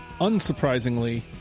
Unsurprisingly